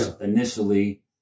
initially